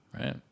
right